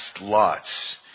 lots